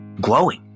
glowing